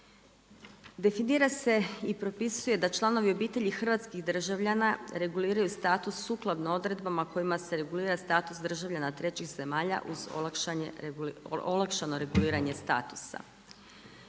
Definira se i propisuje da članovi obitelji hrvatskih državljana reguliraju status sukladno odredbama kojima se regulira status državljana trećih zemalja uz olakšano reguliranje statusa.